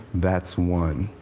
that's one